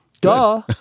Duh